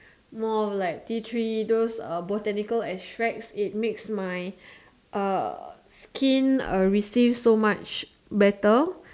more of like tea tree those uh botanical extract it makes my uh skin uh receive so much better